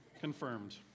confirmed